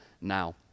now